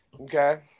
Okay